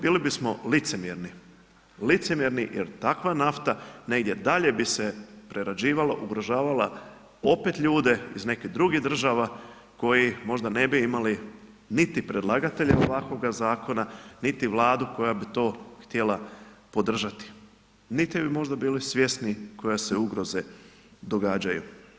Bili bismo licemjerni, licemjerni jer takva nafta negdje dalje bi se prerađivala, ugrožavala opet ljude iz nekih drugih država koji možda ne bi imali niti predlagatelja ovakvoga zakona niti Vladu koja bi to htjela podržati niti bi možda bili svjesni koje se ugroze događaju.